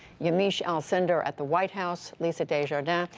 yamiche alcindor at the white house, lisa desjardins,